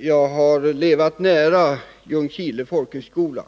Jag har levat nära Ljungskile folkhögskola.